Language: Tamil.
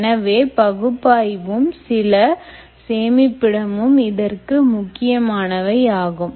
எனவே பகுப்பாய்வும் சில சேமிப்பிடமும் இதற்கு முக்கியமானவையாகும்